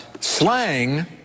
Slang